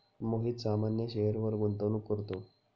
मोहित सामान्य शेअरवर गुंतवणूक करतो